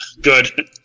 Good